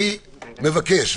אני מבקש,